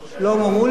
אתה רוצה להקדים?